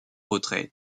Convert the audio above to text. retrait